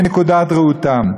מנקודת ראותם.